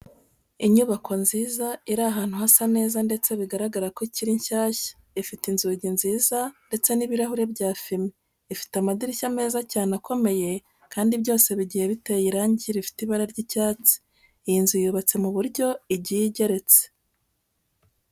Inyubako nziza iri ahantu hasa neza ndetse bigaragara ko ikiri nshyashya, ifite inzugi nziza ndetse n'ibirahuri bya fime, ifite amadirishya meza cyane akomeye kandi byose bigiye biteye irangi rifite ibara ry'icyatsi. Iyi nzu yubatse mu buryo igiye igeretse.